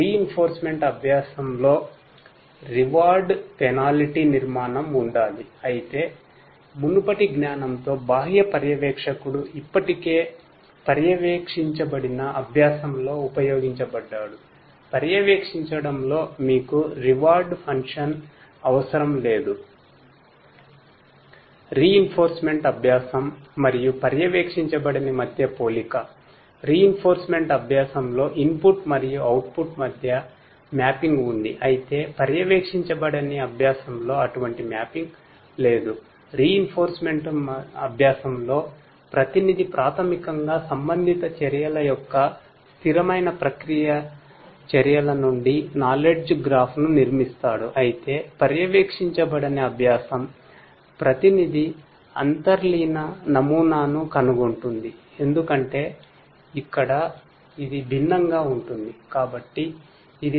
reinforcement మధ్య వ్యత్యాసం అది